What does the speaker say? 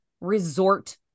resort